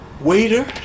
waiter